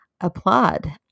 Applaud